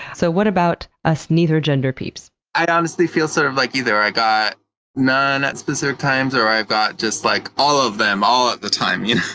so what about us neither gender peeps? i honestly feel, sort of, like either i got none at specific times or i've got just like all of them all at the time, yeah